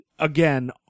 Again